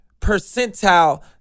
percentile